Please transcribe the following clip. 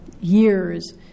years